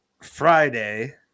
Friday